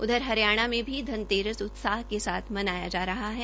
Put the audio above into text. उधर हरियाणा में भी धनतेरस उत्साह के साथ मनाया जा रहा है